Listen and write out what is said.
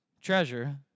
treasure